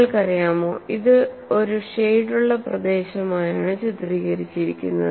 നിങ്ങൾക്കറിയാമോ ഇത് ഒരു ഷേഡുള്ള പ്രദേശമായാമാണ് ചിത്രീകരിച്ചിരിക്കുന്നത്